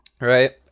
right